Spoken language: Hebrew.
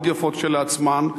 מאוד יפות כשלעצמן,